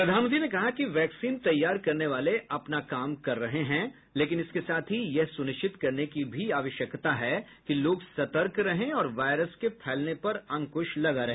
प्रधानमंत्री ने कहा कि वैक्सीन तैयार करने वाले अपना काम कर रहे हैं लेकिन इसके साथ ही यह सुनिश्चित करने की भी आवश्यकता है कि लोग सतर्क रहें और वायरस के फैलने पर अंकुश लगा रहे